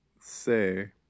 say